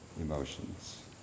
emotions